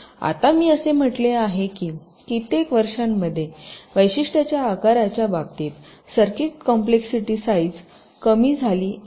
आता मी असे म्हटले आहे की कित्येक वर्षांमध्ये वैशिष्ट्याच्या आकाराच्या बाबतीत सर्किट कॉम्प्लेक्ससिटी साईझ कमी झाली आहे